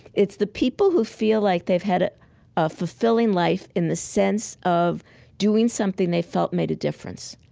it's the people who feel like they've had a ah fulfilling life in the sense of doing something they felt made a difference,